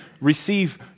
receive